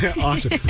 Awesome